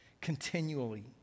continually